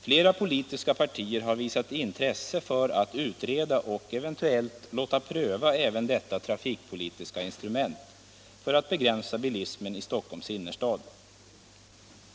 Flera politiska partier har visat intresse för att utreda och eventuellt låta pröva även detta trafikpolitiska instrument för att begränsa bilismen i Stockholms innerstad.